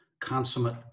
consummate